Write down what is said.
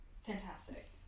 Fantastic